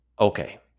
Okay